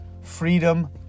freedom